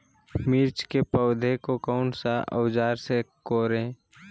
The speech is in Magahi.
मिर्च की पौधे को कौन सा औजार से कोरे?